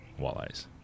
walleyes